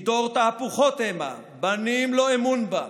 כי דור תהפֻּכֹת המה, בנים לא אמֻן בם,